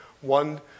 One